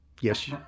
Yes